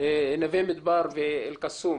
נווה מדבר ואל קסום.